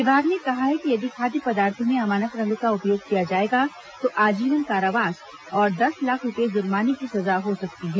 विभाग ने कहा है कि यदि खाद्य पदार्थों में अमानक रंग का उपयोग किया जाएगा तो आजीवन कारावास और दस लाख रूपये जुर्माने की सजा हो सकती है